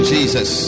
Jesus